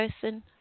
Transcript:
person